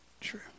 true